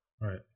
Right